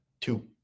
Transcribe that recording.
two